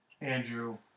Andrew